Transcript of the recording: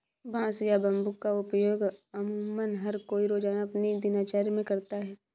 बांस या बम्बू का उपयोग अमुमन हर कोई रोज़ाना अपनी दिनचर्या मे करता है